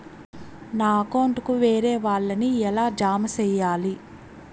నా అకౌంట్ కు వేరే వాళ్ళ ని ఎలా జామ సేయాలి?